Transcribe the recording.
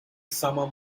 summer